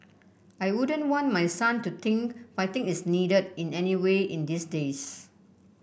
I wouldn't want my son to think fighting is needed in any way in these days